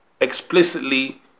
explicitly